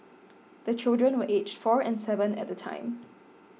the children were aged four and seven at the time